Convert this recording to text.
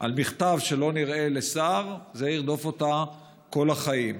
על מכתב שלא נראה לשר, זה ירדוף אותה כל החיים.